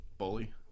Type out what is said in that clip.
Bully